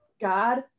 God